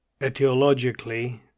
Etiologically